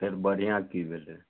फेर बढ़िआँ की भेलै